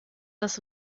das